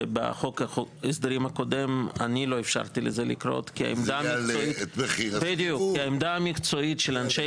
בחוק ההסדרים הקודם אני לא אפשרתי לזה לקרות כי העמדה המקצועית של אנשי